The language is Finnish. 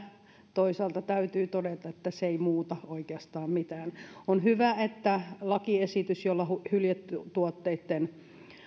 toisaalta täytyy todeta että se ei muuta oikeastaan mitään on hyvä että lakiesitys jolla hyljetuotteitten